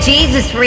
Jesus